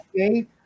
Okay